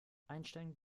einstein